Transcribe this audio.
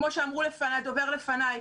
כמו שאמר הדובר לפניי,